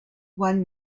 one